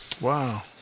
Wow